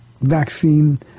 vaccine